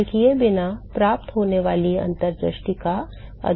हल किए बिना प्राप्त होने वाली अंतर्दृष्टि का अधिकतम अंश क्या है